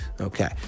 Okay